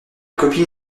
copine